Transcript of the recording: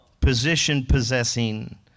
position-possessing